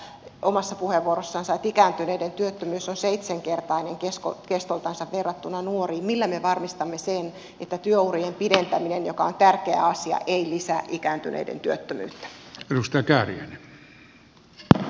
kun ministeri viittasi omassa puheenvuorossaan että ikääntyneiden työttömyys on seitsenkertainen kestoltansa verrattuna nuoriin millä me varmistamme sen että työurien pidentäminen joka on tärkeä asia ei lisää ikääntyneiden työttömyyttä